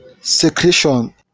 secretion